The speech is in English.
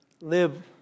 live